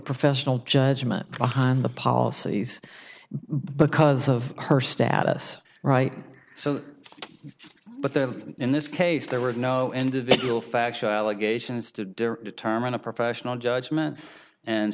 professional judgment behind the policies but because of her status right so but there in this case there were no individual factual allegations to determine a professional judgment and